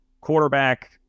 quarterback